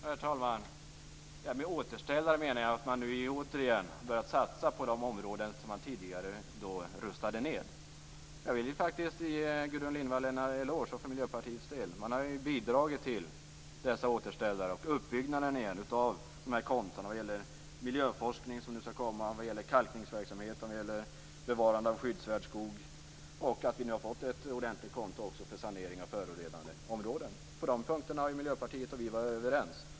Herr talman! Med återställare menar jag att man nu återigen börjat satsa på de områden som man tidigare rustade ned. Jag vill faktiskt ge Gudrun Lindvall en eloge, som också gäller för Miljöpartiets del. Man har bidragit till dessa återställare och till återuppbyggnaden av dessa konton. Det gäller miljöforskning, som nu ska komma. Det gäller kalkningsverksamhet. Det gäller också bevarande av skyddsvärd skog och att vi nu har fått ett ordentligt konto också för sanering av förorenade områden. På de punkterna har Miljöpartiet och vi varit överens.